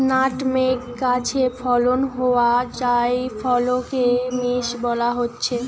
nutmeg গাছে ফলন হোয়া জায়ফলকে মেস বোলা হচ্ছে